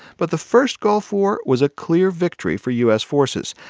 but the first gulf war was a clear victory for u s. forces.